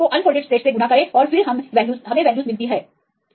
तो folded state को unfolded state से गुणा करें और फिर हमें वैल्यूज मिलते हैं